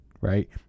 right